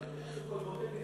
עשו תוכנית "כלבוטק"